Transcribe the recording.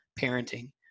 parenting